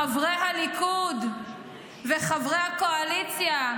חברי הליכוד וחברי הקואליציה: